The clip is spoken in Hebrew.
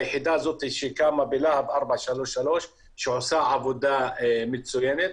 היחידה הזאת שקמה בלהב 433 שעושה עבודה מצוינת.